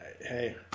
Hey